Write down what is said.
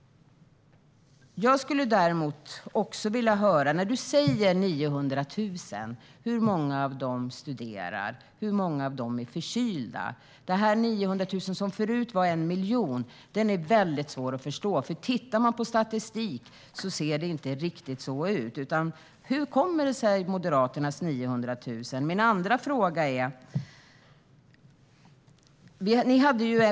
Lars Hjälmered talar om 900 000 människor, men hur många av dem studerar? Hur många av dem är förkylda? Siffran 900 000, som förut var 1 miljon, är väldigt svår att förstå, för tittar man på statistik ser det inte riktigt ut så. Varifrån kommer Moderaternas siffra 900 000? Min andra fråga handlar om industrin.